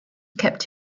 kept